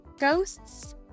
ghosts